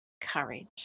courage